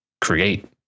create